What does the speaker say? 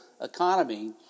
economy